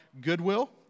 Goodwill